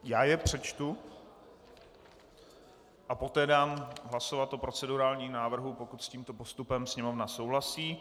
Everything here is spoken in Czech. Já je přečtu a poté dám hlasovat o procedurálním návrhu, pokud s tímto postupem Sněmovna souhlasí.